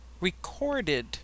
recorded